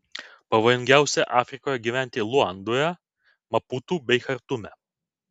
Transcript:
pavojingiausia afrikoje gyventi luandoje maputu bei chartume